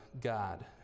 God